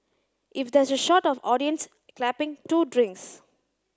if there's a shot of audience clapping two drinks